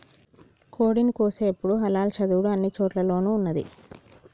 కోడిని కోసేటపుడు హలాల్ చదువుడు అన్ని చోటుల్లోనూ ఉన్నాది